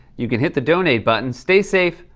you can hit the donate button. stay safe.